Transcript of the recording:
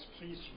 please